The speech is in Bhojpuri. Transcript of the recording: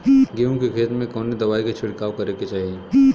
गेहूँ के खेत मे कवने दवाई क छिड़काव करे के चाही?